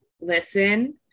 listen